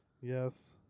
Yes